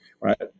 right